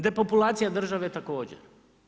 Depopulacija države također.